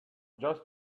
just